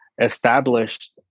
established